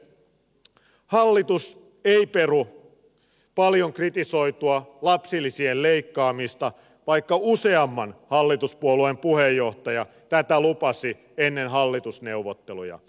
hallitus ei peru paljon kritisoitua lapsilisien leikkaamista vaikka useamman hallituspuolueen puheenjohtaja tätä lupasi ennen hallitusneuvotteluja